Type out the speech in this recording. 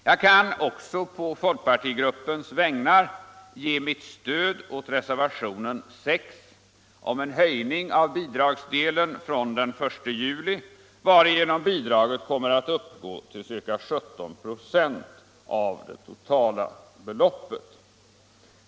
Jag kan också på folkpartigruppens vägnar ge mitt stöd åt reservationen 6 om en höjning av bidragsdelen från den 1 juli varigenom bidraget kommer att uppgå till ca 17 96 av det totala beloppet.